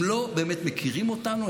הם לא באמת מכירים אותנו.